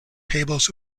tables